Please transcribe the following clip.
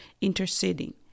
interceding